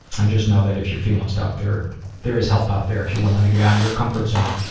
i just know that if you're feeling stuck there there is help out there, if you're willing to get out of your comfort zone,